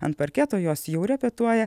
ant parketo jos jau repetuoja